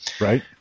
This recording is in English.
Right